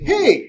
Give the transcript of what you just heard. Hey